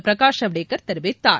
பிரகாஷ் ஜவ்டேகர் தெரிவித்தார்